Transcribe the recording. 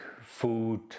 food